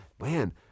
man